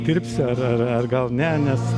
dirbsiu ar ar gal ne nes